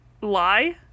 lie